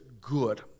good